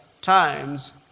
times